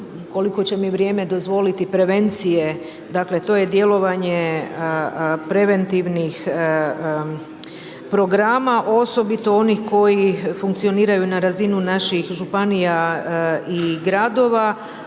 koliko će mi vrijeme dozvoliti, prevencije, dakle to je djelovanje preventivnih programa, osobito onih koji funkcioniraju na razinu naših županija i gradova